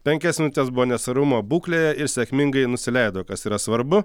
penkias minutes buvo nesvarumo būklėje ir sėkmingai nusileido kas yra svarbu